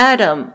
Adam